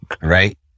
Right